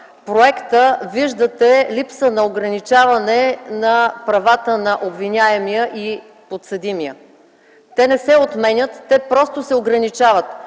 проекта виждате липса на ограничаване на правата на обвиняемия и подсъдимия. Те не се отменят, те просто се ограничават